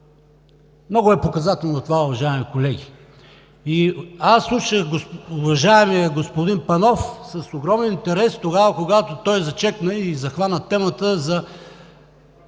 Много е показателно това, уважаеми колеги. Слушах уважаемия господин Панов с огромен интерес, когато той зачекна и захвана темата за